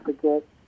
forget